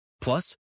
Plus